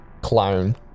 clown